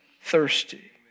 thirsty